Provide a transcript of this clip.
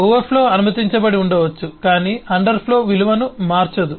overflow అనుమతించబడి ఉండవచ్చు కానీ అండర్ఫ్లో విలువను మార్చదు